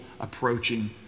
approaching